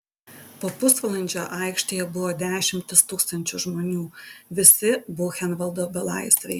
po pusvalandžio aikštėje buvo dešimtys tūkstančių žmonių visi buchenvaldo belaisviai